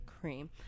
cream